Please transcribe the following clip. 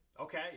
Okay